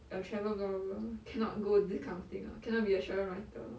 a travel blogger cannot go this kind of thing ah cannot be a travel writer